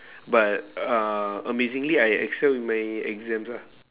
but uh amazingly I excel in my exams ah